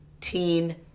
Teen